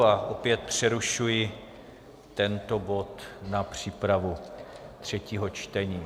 A opět přerušuji tento bod na přípravu třetího čtení.